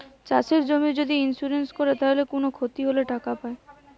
চাষের জমির যদি ইন্সুরেন্স কোরে তাইলে কুনো ক্ষতি হলে টাকা পায়